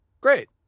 great